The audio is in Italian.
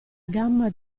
gamma